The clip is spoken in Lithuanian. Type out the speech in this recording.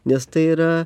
nes tai yra